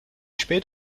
spät